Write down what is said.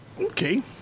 okay